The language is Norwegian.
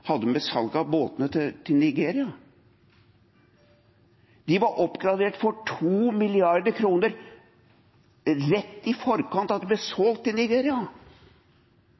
hadde med salg av båter til Nigeria å gjøre. De var oppgraderte for 2 mrd. kr rett i forkant av at de ble solgt til Nigeria.